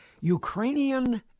Ukrainian